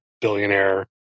billionaire